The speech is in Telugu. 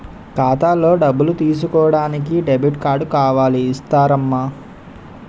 ఖాతాలో డబ్బులు తీసుకోడానికి డెబిట్ కార్డు కావాలి ఇస్తారమ్మా